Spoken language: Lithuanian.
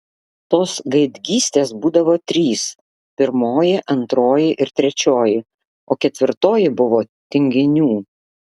tos gaidgystės būdavo trys pirmoji antroji ir trečioji o ketvirtoji buvo tinginių